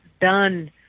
done